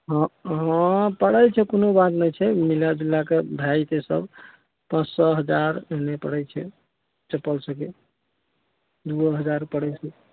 हँ हँ पड़य छै कोनो बात नहि छै मिला जुला कऽ भए जेतय सब पाँच सओ हजार एहने पड़य छै चप्पल सबके दूओ हजार पड़य छै